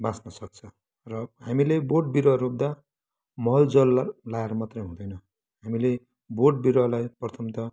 बाँच्न सक्छ र हामीले बोट बिरुवाहरू रोप्दा मल जल लाएर मात्र हुँदैन हामीले बोट बिरुवालाई प्रथमतः